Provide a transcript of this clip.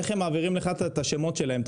איך הם מעבירים לך את השמות שלהם,